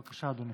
בבקשה, אדוני.